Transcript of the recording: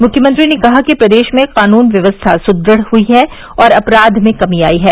मुख्यमंत्री ने कहा कि प्रदेश में कानून व्यवस्था सुदृढ़ हुई है और अपराध में कमी आयी है